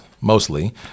mostly